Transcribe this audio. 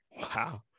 Wow